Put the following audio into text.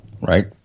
right